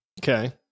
Okay